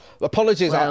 Apologies